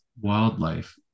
wildlife